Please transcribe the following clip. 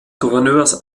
gouverneurs